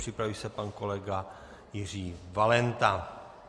Připraví se pan kolega Jiří Valenta.